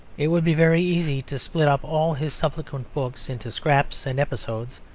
it would be very easy to split up all his subsequent books into scraps and episodes,